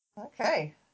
Okay